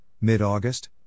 mid-August